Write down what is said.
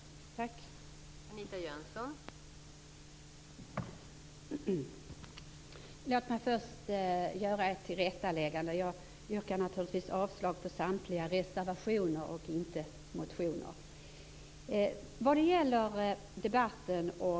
Tack!